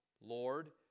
Lord